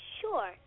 Sure